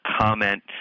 comment